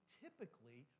typically